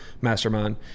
mastermind